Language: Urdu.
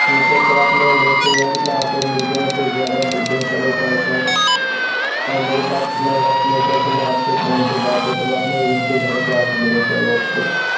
ٹھیک ہے سر آپ میرے ریسٹورینٹ پہ آ کر ملتے ہیں تو زیادہ بہتر ہوتا ہے سر اور میرے پاس اتنا وقت نہیں ہے سر کہ آپ سے فون پہ باتیں کروں آپ میرے ریسٹورینٹ پہ آ کے ملیں سر اوکے